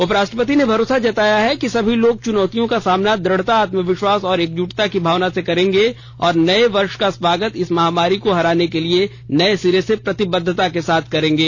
उप राष्ट्रपति ने भरोसा जताया कि सभी लोग चुनौतियों का सामना द्रढ़ता आत्मविश्वास और एकजुटता की भावना से करेंगे तथा नये वर्ष का स्वागत इस महामारी को हराने के लिए नये सिरे से प्रतिबद्धता के साथ करेंगे